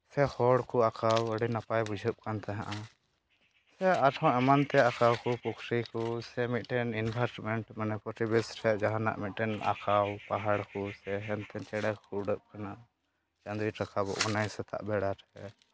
ᱥᱮ ᱦᱚᱲ ᱠᱚ ᱟᱸᱠᱟᱣ ᱟᱹᱰᱤ ᱱᱟᱯᱟᱭ ᱵᱩᱡᱷᱟᱹᱜ ᱠᱟᱱ ᱛᱟᱦᱮᱸᱜᱼᱟ ᱥᱮ ᱟᱨᱦᱚᱸ ᱮᱢᱟᱱᱛᱮᱭᱟᱜ ᱟᱸᱠᱟᱣ ᱠᱚ ᱯᱩᱠᱷᱨᱤ ᱠᱚ ᱥᱮ ᱢᱮᱫᱴᱮᱱ ᱤᱱᱵᱷᱟᱨᱴᱢᱮᱱᱴ ᱢᱟᱱᱮ ᱯᱚᱨᱤᱵᱮᱥ ᱨᱮ ᱡᱟᱦᱟᱸᱱᱟᱜ ᱢᱤᱫᱴᱮᱱ ᱟᱸᱠᱟᱣ ᱯᱟᱦᱟᱲ ᱠᱚ ᱥᱮ ᱦᱮᱱᱛᱷᱮᱱ ᱪᱮᱬᱮ ᱠᱚᱠᱚ ᱩᱰᱟᱹᱜ ᱠᱟᱱᱟ ᱪᱟᱸᱫᱚᱭ ᱨᱟᱠᱟᱵᱚᱜ ᱠᱟᱱᱟ ᱥᱮᱛᱟᱜ ᱵᱮᱲᱟ ᱨᱮ